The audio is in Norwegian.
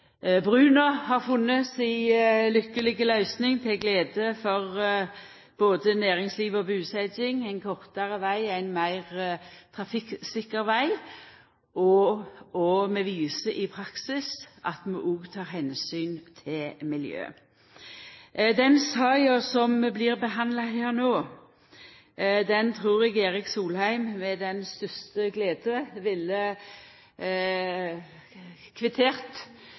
har funne si lykkelege løysing til glede for både næringsliv og busetjing, det er ein kortare veg, ein meir trafikksikker veg, og vi viser i praksis at vi òg tek omsyn til miljøet. Denne saka som blir behandla her no, trur eg Erik Solheim med den største glede ville kvittert